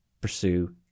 pursue